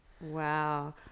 Wow